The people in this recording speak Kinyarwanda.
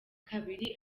kabiri